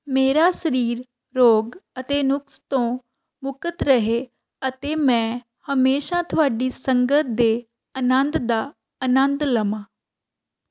ਮੇਰਾ ਸਰੀਰ ਰੋਗ ਅਤੇ ਨੁਕਸ ਤੋਂ ਮੁਕਤ ਰਹੇ ਅਤੇ ਮੈਂ ਹਮੇਸ਼ਾਂ ਤੁਹਾਡੀ ਸੰਗਤ ਦੇ ਆਨੰਦ ਦਾ ਆਨੰਦ ਲਵਾਂ